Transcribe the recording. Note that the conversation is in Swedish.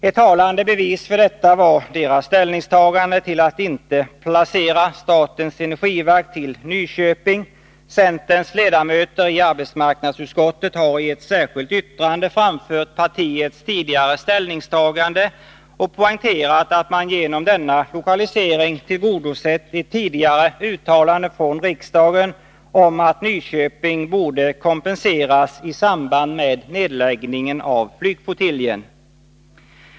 Ett talande bevis för detta var moderaternas inställning att statens energiverk inte skulle lokaliseras till Nyköping. Centerns ledamöter i arbetsmarknadsutskottet har i ett särskilt yttrande framfört partiets tidigare ställningstagande och poängterat att man genom denna lokalisering tillgodosett ett tidigare uttalande från riksdagen om att Nyköping borde kompenseras i samband med nedläggningen av flygflottiljen.